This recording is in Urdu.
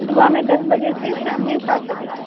صبح میں دس بجے سے شام میں سات بجے تک